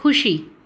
ખુશી